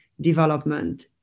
development